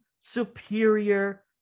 superior